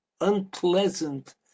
unpleasant